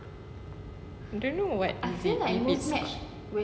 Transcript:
I don't know what is it